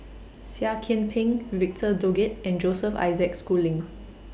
Seah Kian Peng Victor Doggett and Joseph Isaac Schooling